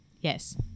Yes